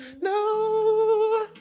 No